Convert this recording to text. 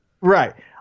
Right